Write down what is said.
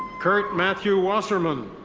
kurt matthew wasserman.